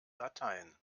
dateien